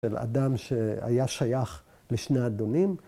‫של אדם שהיה שייך לשני אדונים.